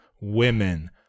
women